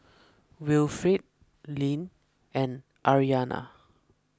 Wilfrid Lynn and Ariana